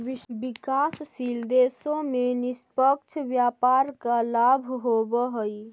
विकासशील देशों में निष्पक्ष व्यापार का लाभ होवअ हई